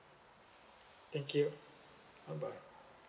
thank you bye bye